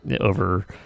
over